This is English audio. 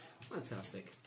Fantastic